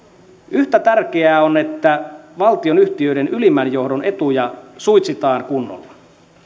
yhtä tärkeää on että valtionyhtiöiden ylimmän johdon etuja suitsitaan kunnolla